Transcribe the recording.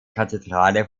kathedrale